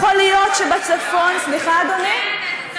לא יכול להיות שבצפון, סליחה, אדוני?